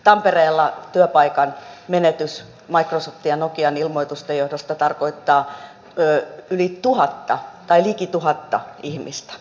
tampereella työpaikan menetys microsoftin ja nokian ilmoitusten johdosta tarkoittaa liki tuhatta ihmistä